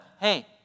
hey